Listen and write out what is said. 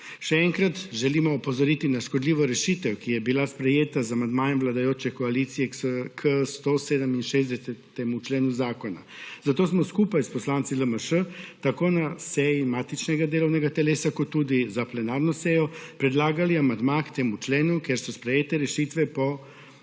Še enkrat želimo opozoriti na škodljivo rešitev, ki je bila sprejeta z amandmajem vladajoče koalicije k 167. členu zakona, zato smo skupaj s poslanci LMŠ tako na seji matičnega delovnega telesa kot tudi za plenarno sejo predlagali amandma k temu členu, kjer so sprejete rešitve v